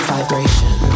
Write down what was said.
Vibration